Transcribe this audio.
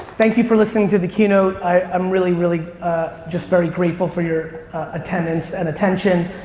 thank you for listening to the keynote, i'm really, really just very grateful for your attendance and attention,